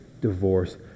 divorce